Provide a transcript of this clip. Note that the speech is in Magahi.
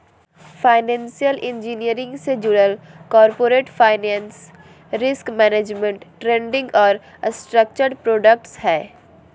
फाइनेंशियल इंजीनियरिंग से जुडल corporate finance, risk management, trading और स्ट्रक्चर्ड प्रॉडक्ट्स हय